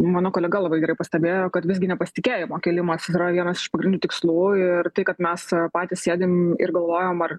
mano kolega labai gerai pastebėjo kad visgi nepasitikėjimo kėlimas yra vienas iš pagrindinių tikslų ir tai kad mes patys sėdim ir galvojam ar